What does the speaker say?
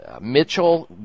Mitchell